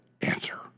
answer